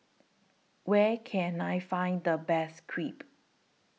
Where Can I Find The Best Crepe